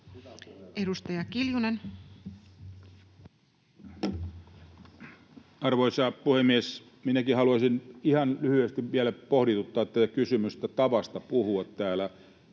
Edustaja Kiljunen. Arvoisa puhemies! Minäkin haluaisin ihan lyhyesti vielä pohdituttaa kysymystä tavasta puhua täällä,